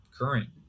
current